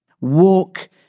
Walk